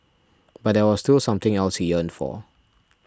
but there was still something else he yearned for